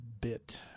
Bit